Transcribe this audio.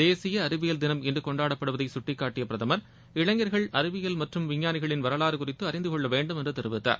தேசிய அறிவியல் தினம் இன்று கொண்டாடப்படுவதை கட்டிக்காட்டிய பிரதமர் இளைஞர்கள் அறிவியல் மற்றும் விஞ்ஞானிகளின் வரலாறு குறித்து அறிந்து கொள்ள வேண்டும் என்று தெரிவித்தார்